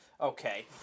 Okay